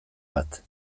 bat